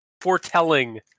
foretelling